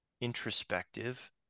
introspective